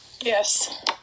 Yes